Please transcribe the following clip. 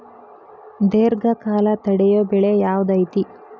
ದೇರ್ಘಕಾಲ ತಡಿಯೋ ಬೆಳೆ ಯಾವ್ದು ಐತಿ?